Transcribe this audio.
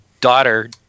daughter